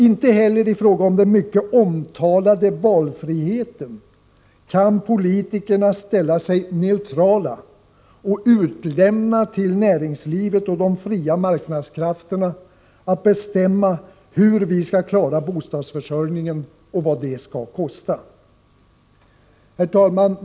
Inte heller i fråga om den mycket omtalade valfriheten kan politikerna ställa sig neutrala och utlämna till näringslivet och de fria marknadskrafterna att bestämma hur vi skall klara bostadsförsörjningen och vad det skall kosta. Herr talman!